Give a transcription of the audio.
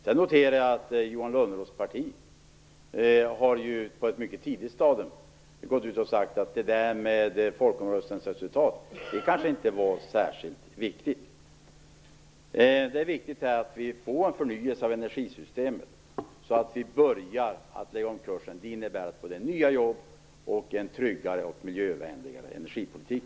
Jag noterar att Johan Lönnroths parti på ett mycket tidigt stadium har gått ut och sagt att folkomröstningsresultat inte kan vara särskilt viktigt. Det är viktigt att vi får en förnyelse av energisystemet så att vi börjar lägga om kursen. Det innebär både nya jobb och en tryggare och miljövänligare energipolitik.